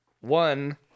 One